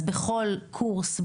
אז בכל קורס,